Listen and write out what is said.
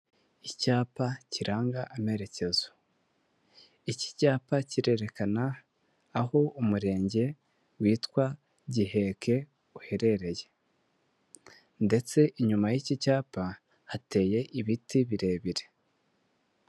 Icyapa kiranga amerekezo iki cyapa kirerekana aho umurenge witwa Giheke uherereye ndetse inyuma y'iki cyapa hateye ibiti birebire.